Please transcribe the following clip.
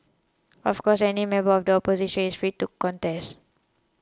of course any member of the opposition is free to contest